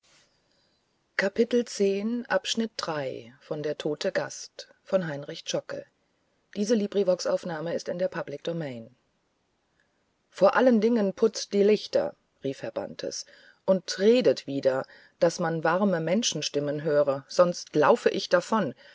vor allen dingen putzt die lichter rief herr bantes und redet wieder daß man warme menschenstimmen höre sonst lauf ich davon